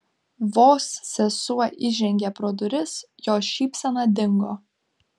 vos sesuo įžengė pro duris jos šypsena dingo